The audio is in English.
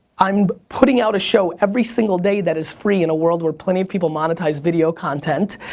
i'm putting out a show every single day that is free in a world where plenty of people monetize video content.